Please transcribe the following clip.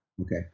Okay